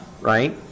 right